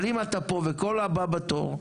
אבל אם אתה פה וכל הבא בתור,